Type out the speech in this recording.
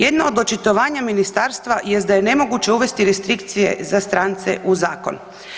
Jedno od očitovanja ministarstva jest da je nemoguće uvesti restrikcije za strance u zakon.